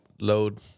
load